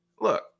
look